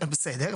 בסדר,